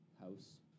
house